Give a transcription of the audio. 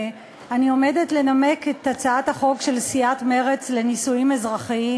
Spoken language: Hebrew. אני עומדת לנמק את הצעת החוק של סיעת מרצ על נישואים אזרחיים,